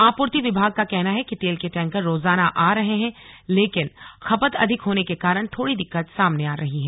आपूर्ति विभाग का कहना है कि तेल के टैंकर रोजाना आ रहे हैं लेकिन खपत अधिक होने के कारण थोड़ी दिक्कत सामने आ रही है